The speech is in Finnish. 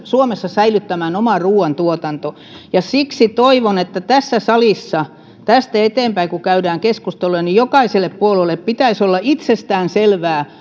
suomessa säilyttämään oman ruuantuotantomme ja siksi toivon että tässä salissa tästä eteenpäin kun käydään keskusteluja jokaiselle puolueelle pitäisi olla itsestäänselvää